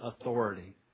authority